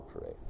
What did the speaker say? pray